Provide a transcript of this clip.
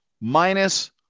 minus